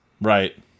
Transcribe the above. right